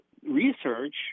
research